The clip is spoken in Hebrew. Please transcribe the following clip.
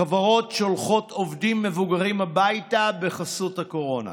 חברות שולחות עובדים מבוגרים הביתה בחסות הקורונה.